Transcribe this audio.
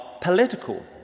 political